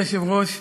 גברתי היושבת-ראש,